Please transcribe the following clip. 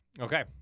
Okay